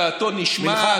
דעתו נשמעת,